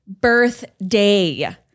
birthday